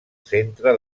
centre